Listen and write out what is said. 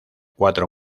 cuatro